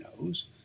knows